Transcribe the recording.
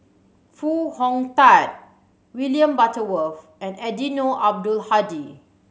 Foo Hong Tatt William Butterworth and Eddino Abdul Hadi